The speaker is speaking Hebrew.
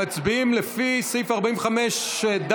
מצביעים לפי סעיף 45(ד)(6),